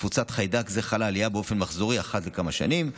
בתפוצת חיידק זה חלה עלייה באופן מחזורי אחת לכמה שנים.